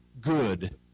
good